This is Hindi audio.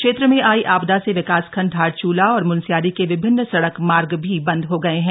क्षेत्र में आयी आपदा से विकासखंड धारचूला और मूनस्यारी के विभिन्न सड़क मार्ग भी बंद हो गये है